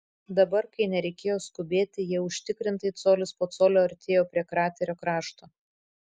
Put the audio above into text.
dabar kai nereikėjo skubėti jie užtikrintai colis po colio artėjo prie kraterio krašto